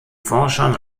forschern